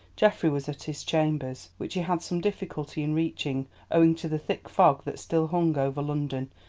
geoffrey was at his chambers, which he had some difficulty in reaching owing to the thick fog that still hung over london,